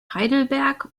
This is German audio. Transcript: heidelberg